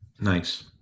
Nice